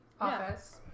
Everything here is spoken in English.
office